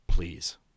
Please